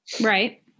Right